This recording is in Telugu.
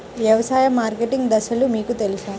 వ్యవసాయ మార్కెటింగ్ దశలు మీకు తెలుసా?